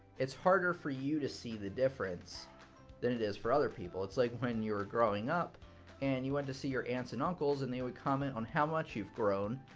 it's harder for you to see the difference than it is for other people. it's like when you were growing up and you went to see your aunts and uncles and they would comment on how much you've grown.